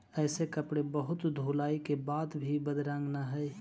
ऐसे कपड़े बहुत धुलाई के बाद भी बदरंग न हई